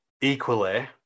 Equally